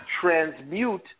transmute